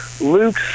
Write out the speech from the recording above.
Luke